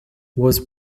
was